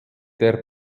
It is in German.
der